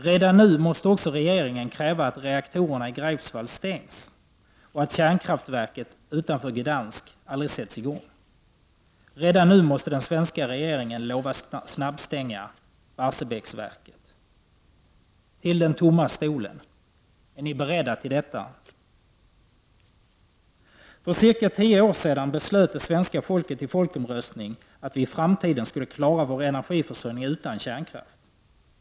Redan nu måste regeringen kräva att reaktorerna i Greifswald stängs och att kärnkraftverket utanför Gdansk aldrig sätts i gång. Redan nu måste den svenska regeringen lova att snabbstänga Barsebäcksverken. Till den tomma stolen: Är ni beredda till detta? För cirka tio år sedan beslöt svenska folket i folkomröstning att vi i framtiden skulle klara vår energiförsörjning utan kärnkraft.